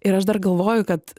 ir aš dar galvoju kad